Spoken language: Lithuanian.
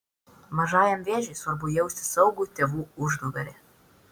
mažajam vėžiui svarbu jausti saugų tėvų užnugarį